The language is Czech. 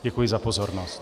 Děkuji za pozornost.